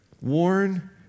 warn